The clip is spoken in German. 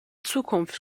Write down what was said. zukunft